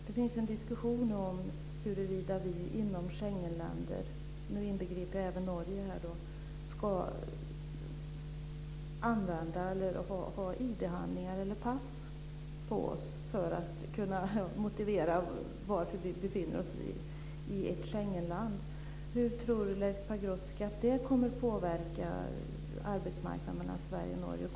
Det finns en diskussion om huruvida vi inom Schengenländer, nu inbegriper jag även Norge, ska ha ID-handlingar eller pass på oss för att kunna motivera varför vi befinner oss i ett Schengenland. Hur tror Leif Pagrotsky att det kommer att påverka arbetsmarknaden mellan Sverige och Norge?